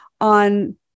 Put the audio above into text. on